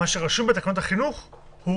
מה שרשום בתקנות החינוך הוא